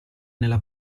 nella